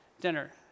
dinner